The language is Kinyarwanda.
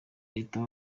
leta